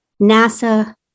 NASA